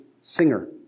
singer